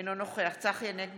אינו נוכח צחי הנגבי,